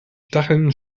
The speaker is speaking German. stacheln